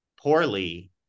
Poorly